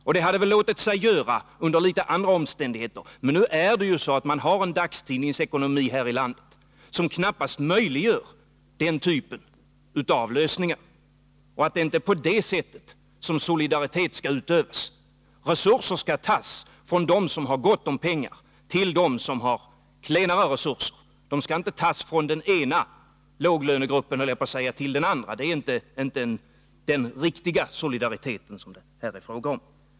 Och detta hade väl låtit sig göra under något andra omständigheter än de nuvarande, för nu är det ju så att dagstidningarna här i landet har en ekonomi som knappast möjliggör den typen av lösningar. Det är heller inte på det sättet som solidaritet skall utövas. Resurser skall tas från dem som har gott om pengar och ges till dem som har klenare resurser. Man skulle också kunna uttrycka det så att resurserna inte skall tas från den ena låglönegruppen och ges till den andra. Det är inte den sortens solidaritet det är fråga om.